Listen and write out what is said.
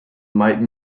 might